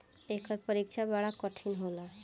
एकर परीक्षा बड़ा कठिन होला